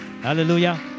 Hallelujah